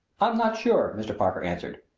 i am not sure, mr. parker answered.